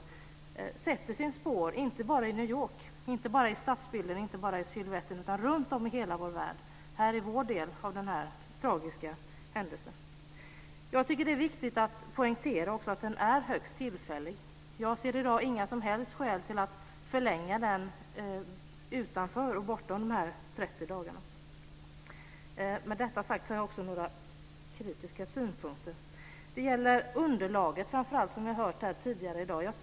Denna tragiska händelse sätter sina spår inte bara i New York, inte bara i stadsbilden och inte bara i silhuetten, utan runtom i hela vår värld, också här hos oss. Jag tycker också att det är viktigt att poängtera att denna åtgärd är högst tillfällig. Jag ser i dag inga som helst skäl att förlänga den bortom de 30 dagarna. Med detta sagt har jag också några kritiska synpunkter. Det gäller framför allt underlaget, som vi har hört här tidigare i dag.